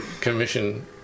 commission